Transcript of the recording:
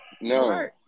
No